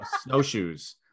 snowshoes